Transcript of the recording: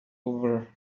over